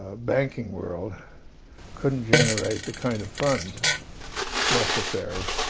banking world couldn't generate the kind of funds necessary,